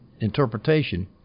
interpretation